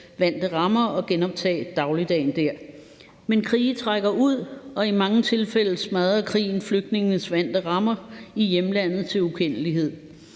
vante rammer og genoptage dagligdagen der, men krige trækker ud, og i mange tilfælde smadrer krigen flygtningenes vante rammer i hjemlandet til ukendelighed.